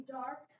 dark